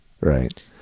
Right